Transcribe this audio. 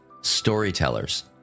storytellers